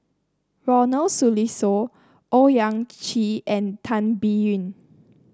Ronald Susilo Owyang Chi and Tan Biyun